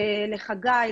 לחגי,